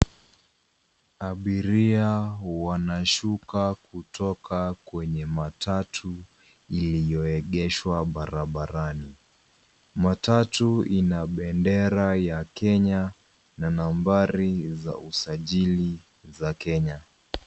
Abiria wanashuka kutoka kwenye matatu iliyoegeshwa barabarani. Matatu ina bendera ya kenya na nambari za usajili za kenya.